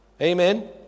Amen